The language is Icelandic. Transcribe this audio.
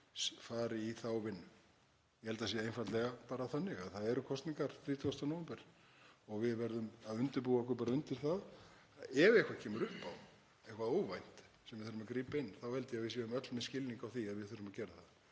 fari í þá vinnu. Það er einfaldlega bara þannig að það eru kosningar 30. nóvember og við verðum að undirbúa okkur undir að ef eitthvað óvænt kemur upp á sem við þurfum að grípa inn í þá held ég að við séum öll með skilning á því að við þurfum að gera það.